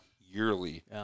yearly